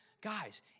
Guys